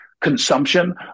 consumption